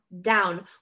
down